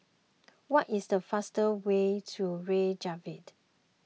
what is the fastest way to Reykjavik